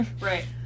Right